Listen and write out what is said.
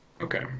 Okay